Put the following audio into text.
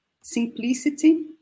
simplicity